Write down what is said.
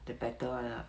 the better [one] ah